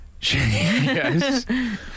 Yes